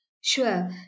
Sure